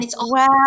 Wow